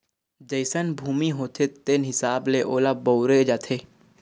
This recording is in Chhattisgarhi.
जइसन भूमि होथे तेन हिसाब ले ओला बउरे जाथे